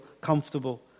comfortable